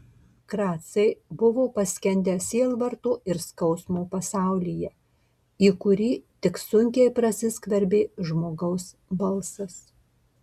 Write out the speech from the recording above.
kracai buvo paskendę sielvarto ir skausmo pasaulyje į kurį tik sunkiai prasiskverbė žmogaus balsas